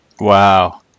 Wow